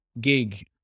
gig